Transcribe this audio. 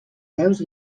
peus